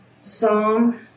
Psalm